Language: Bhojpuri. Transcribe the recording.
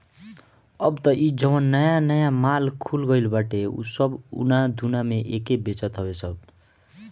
अब तअ इ जवन नया नया माल खुल गईल बाटे उ सब उना दूना में एके बेचत हवे सब